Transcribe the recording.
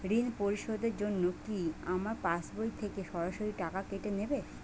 ঋণ পরিশোধের জন্য কি আমার পাশবই থেকে সরাসরি টাকা কেটে নেবে?